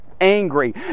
angry